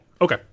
Okay